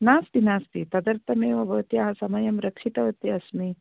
नास्ति नास्ति तदर्थमेव भवत्याः समयं रक्षितवती अस्मि